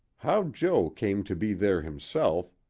how jo came to be there himself,